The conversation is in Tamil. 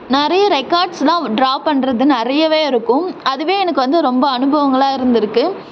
நிறைய ரெக்கார்ட்ஸ்லாம் ட்ரா பண்ணுறது நிறையவே இருக்கும் அதுவே எனக்கு வந்து ரொம்ப அனுபவங்களாக இருந்துருக்குது